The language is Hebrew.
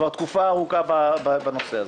כבר תקופה ארוכה בנושא הזה.